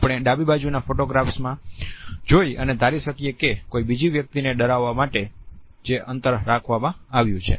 આપણે ડાબી બાજુના ફોટોગ્રાફ્સમાં જોઈ અને ધારી શકીએ કે કોઈ બીજી વ્યક્તિને ડરાવવા માટે જે અંતર રાખવામાં આવ્યું છે